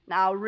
Now